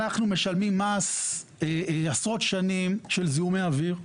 אנחנו משלמים מס עשרות שנים של זיהומי אוויר,